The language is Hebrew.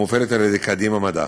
המופעלת על ידי קדימה מדע.